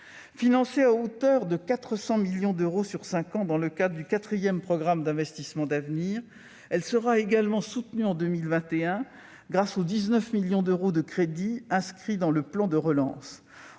Financée à hauteur de 400 millions d'euros sur cinq ans, dans le cadre du quatrième programme d'investissements d'avenir, elle sera également soutenue en 2021 grâce aux 19 millions d'euros de crédits inscrits dans le plan de relance.